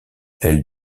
elle